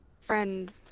friend